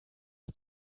you